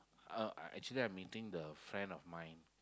uh actually I meeting the friend of mine